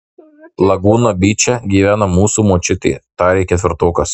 lagūna byče gyvena mūsų močiutė tarė ketvirtokas